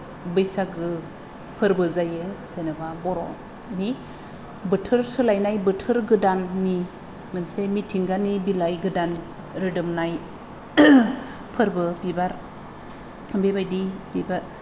बैसागो फोरबो जायो जेनबा बर'नि बोथोर सोलायनाय बोथोर गोदाननि मोनसे मिथिंगानि बिलाइ गोदान रोदोमनाय फोरबो बिबार बेबायदि बिबार